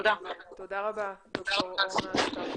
תודה רבה, ד"ר אורנה סטרץ חכם.